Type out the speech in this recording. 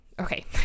okay